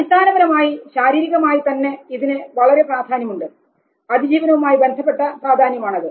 അടിസ്ഥാനപരമായി ശാരീരികമായിത്തന്നെ ഇതിന് വളരെ പ്രാധാന്യമുണ്ട് അതിജീവനവുമായി ബന്ധപ്പെട്ട പ്രാധാന്യമാണത്